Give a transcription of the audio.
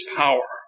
power